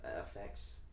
affects